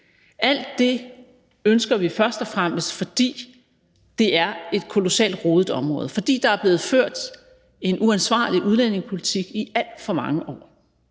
Alt det ønsker vi først og fremmest, fordi det er et kolossalt rodet område, fordi der er blevet ført en uansvarlig udlændingepolitik i alt for mange år,